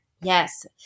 Yes